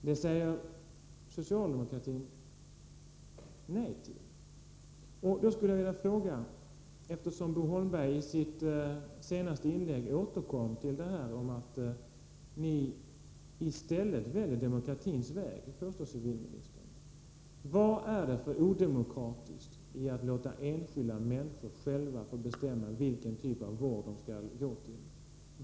Detta säger socialdemokratin nej till. Eftersom Bo Holmberg i sitt senaste inlägg påstod att socialdemokratin i stället väljer demokratins väg skulle jag vilja fråga: Vad är det för odemokratiskt i att låta enskilda människor själva få bestämma vilken typ av vård de skall ha?